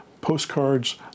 Postcards